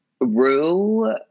Rue